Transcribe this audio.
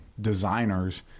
designers